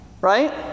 right